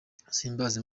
zihimbaza